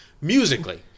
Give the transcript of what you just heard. Musically